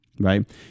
right